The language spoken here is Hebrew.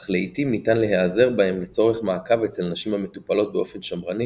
אך לעיתים ניתן להיעזר בהם לצורך מעקב אצל נשים המטופלות באופן שמרני